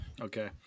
Okay